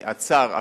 עצר,